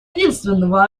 единственного